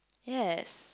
yes